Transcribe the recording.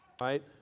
right